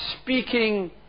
speaking